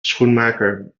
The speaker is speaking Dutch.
schoenmaker